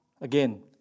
again